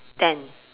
ten